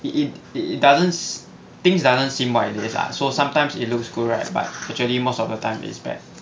it it it it doesn't s~ things doesn't seem what it is lah so sometimes it looks good right but actually most of your time is bad